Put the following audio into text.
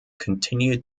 continued